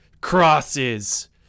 crosses